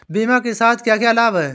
बीमा के क्या क्या लाभ हैं?